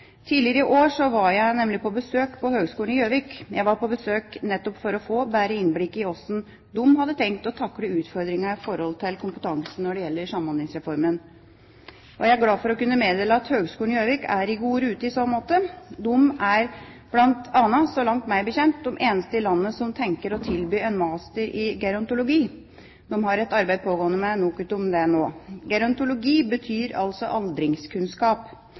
Tidligere i år var jeg nemlig på besøk på Høgskolen i Gjøvik. Jeg var på besøk nettopp for å få bedre innblikk i hvordan de hadde tenkt å takle utfordringene med hensyn til kompetanse når det gjelder Samhandlingsreformen. Jeg er glad for å kunne meddele at Høgskolen i Gjøvik er i god rute i så måte. De er bl.a., meg bekjent, de eneste i landet som tenker på å tilby en master i gerontologi. De har et arbeid gående med NOKUT om det nå. Gerontologi betyr altså aldringskunnskap